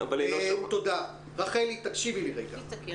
רחלי, סליחה.